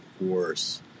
worse